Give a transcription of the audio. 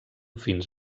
fins